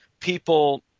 people –